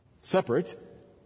Separate